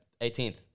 18th